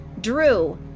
Drew